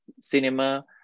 cinema